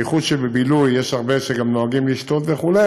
ובייחוד שבבילוי יש הרבה שגם נוהגים לשתות וכו',